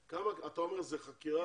אתה אומר שזאת חקירה